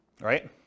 right